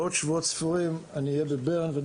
בעוד שבועות ספורים אני אהיה בברן ואני